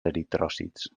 eritròcits